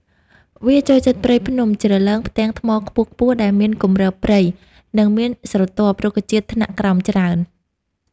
វាចូលចិត្តព្រៃភ្នំ ជ្រលង ផ្ទាំងថ្មខ្ពស់ៗ ដែលមានគម្របព្រៃ និងមានស្រទាប់ រុក្ខជាតិថ្នាក់ក្រោមច្រើន។